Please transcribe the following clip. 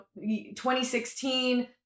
2016